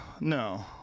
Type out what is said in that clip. No